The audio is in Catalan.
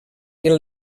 que